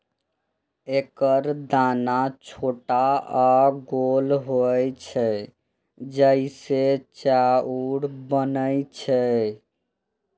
एकर दाना छोट आ गोल होइ छै, जइसे चाउर बनै छै